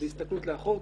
בהסתכלות לאחור,